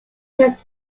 takes